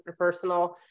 interpersonal